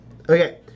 Okay